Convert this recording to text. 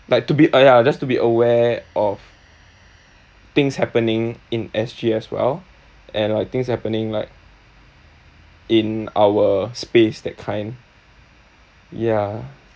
like to be ah ya just to be aware of things happening in S_G as well and like things happening like in our space that kind ya